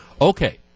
Okay